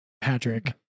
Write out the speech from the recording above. Patrick